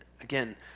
again